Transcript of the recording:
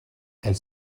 elle